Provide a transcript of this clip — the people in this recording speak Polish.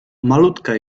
malutka